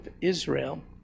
Israel